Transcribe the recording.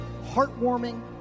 heartwarming